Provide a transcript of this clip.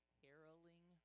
caroling